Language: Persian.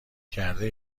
کرده